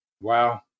wow